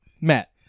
matt